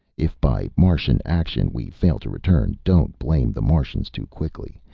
if by martian action, we fail to return, don't blame the martians too quickly,